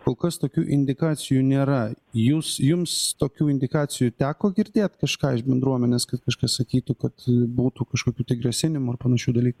kol kas tokių indikacijų nėra jūs jums tokių indikacijų teko girdėt kažką iš bendruomenės kad kažkas sakytų kad būtų kažkokių tai grasinimų ar panašių dalykų